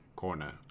corner